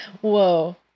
Whoa